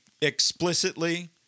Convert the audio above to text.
explicitly